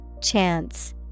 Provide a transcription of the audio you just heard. Chance